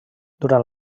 durant